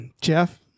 Jeff